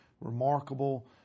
remarkable